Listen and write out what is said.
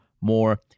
more